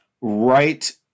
right